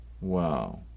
Wow